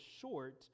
short